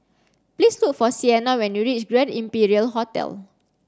please look for Siena when you reach Grand Imperial Hotel